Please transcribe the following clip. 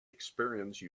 experience